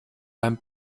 beim